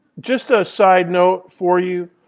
just a side note for you,